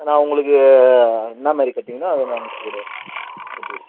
நான் உங்களுக்கு என்ன மாரி கட்டிங்கோ அதை நான் முடித்து கொடுக்குறேன் ஓகே